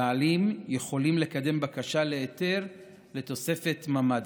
הבעלים יכולים לקדם בקשה להיתר לתוספת ממ"דים.